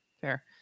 Fair